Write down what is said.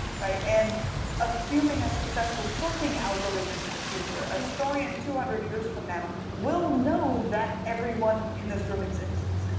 and assuming a successful sorting algorithm in the future, a historian two hundred years from now will know that everyone in this room exists.